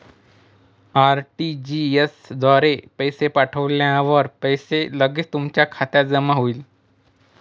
RTGS द्वारे पैसे पाठवल्यावर पैसे लगेच तुमच्या खात्यात जमा होतील